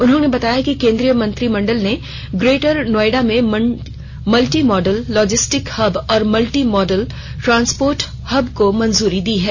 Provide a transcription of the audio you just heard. उन्होंने बताया कि केंद्रीय मंत्रिमंडल ने ग्रेटर नोएडा में मल्टी मॉडल लॉजिस्टिक्स हब और मल्टी मोडल ट्रांसपोर्ट हब को भी मंजूरी दी है